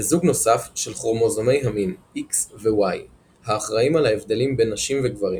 וזוג נוסף של כרומוזומי המין X ו–Y האחראים על ההבדלים בין נשים וגברים.